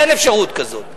אין אפשרות כזו.